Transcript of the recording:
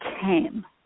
came